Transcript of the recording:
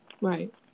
Right